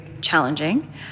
challenging